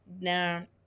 Now